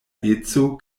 eco